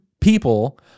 people